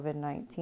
COVID-19